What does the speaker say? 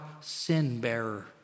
sin-bearer